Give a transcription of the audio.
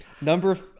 number